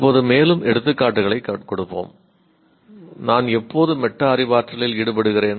இப்போது மேலும் எடுத்துக்காட்டுகளைக் கொடுப்போம் நான் எப்போது மெட்டா அறிவாற்றலில் ஈடுபடுகிறேன்